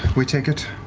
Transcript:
we take it?